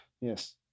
yes